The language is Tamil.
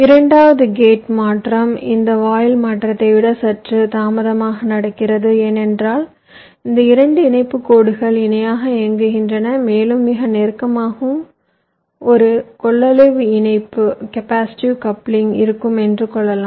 இரண்டாவது கேட் மாற்றம் இந்த வாயில் மாற்றத்தை விட சற்று தாமதமாக நடக்கிறது ஏனென்றால் இந்த 2 இணைப்புக் கோடுகள் இணையாக இயங்குகின்றன மேலும் மிக நெருக்கமாக ஒரு கொள்ளளவு இணைப்பு இருக்கும் என்று சொல்லலாம்